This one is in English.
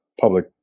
public